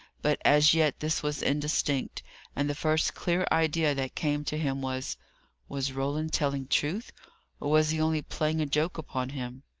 but as yet this was indistinct and the first clear idea that came to him was was roland telling truth, or was he only playing a joke upon him?